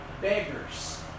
beggars